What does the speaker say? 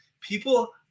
people